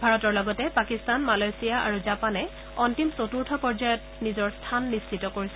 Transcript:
ভাৰতৰ লগতে পাকিস্তান মালয়েছিয়ান আৰু জাপানে অন্তিম চতুৰ্থ পৰ্যায়ত নিজৰ স্থান নিশ্চিত কৰিছে